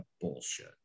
bullshit